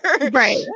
right